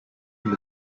from